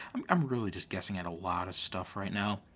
i'm really just guessing at a lot of stuff right now.